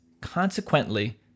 Consequently